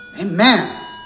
Amen